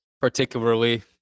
particularly